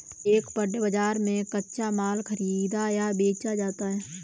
एक पण्य बाजार में कच्चा माल खरीदा या बेचा जाता है